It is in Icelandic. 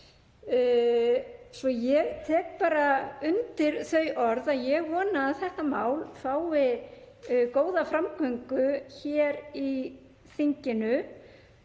Ég tek bara undir þau orð að ég vona að þetta mál fái góða framgöngu hér í þinginu